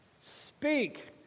Speak